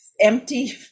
empty